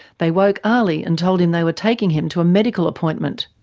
they woke ali and told him they were taking him to a medical appointment.